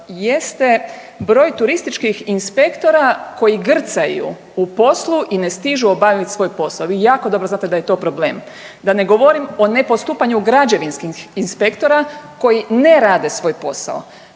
jeste broj turističkih inspektora koji grcaju u poslu i ne stižu obavit svoj posao. Vi jako dobro znate da je to problem, da ne govorim o ne postupanju građevinskih inspektora koji ne rade svoj posao,